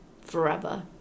forever